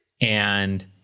and-